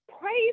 praise